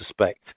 suspect